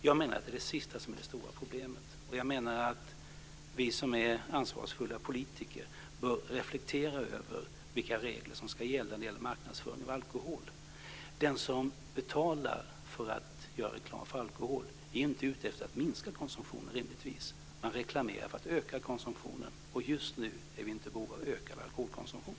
Jag menar att det är det sista som är det stora problemet och att vi som är ansvarsfulla politiker bör reflektera över vilka regler för marknadsföring av alkohol som ska gälla. Den som betalar för att göra reklam för alkhol är rimligtvis inte ute efter att minska konsumtionen. Man gör reklam för att öka konsumtionen, och just nu är vi inte i behov av ökad alkoholkonsumtion.